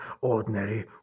ordinary